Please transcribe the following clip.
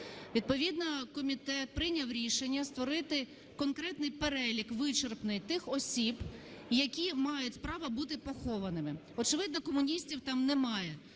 Відповідно комітет прийняв рішення створити конкретний перелік вичерпний тих осіб, які мають право бути похованими. Очевидно комуністів там немає.